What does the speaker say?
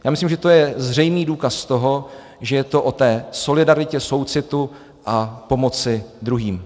Já myslím, že to je zřejmý důkaz toho, že je to o té solidaritě, soucitu a pomoci druhým.